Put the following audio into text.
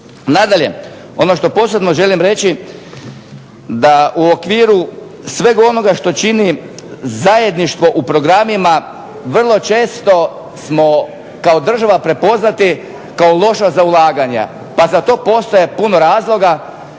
Nadalje, ono što posebno želim reći da u okviru svega onoga što čini zajedništvo u programima vrlo često smo kao država prepoznati kao loša za ulaganja, pa za to postoji puno razloga